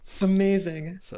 Amazing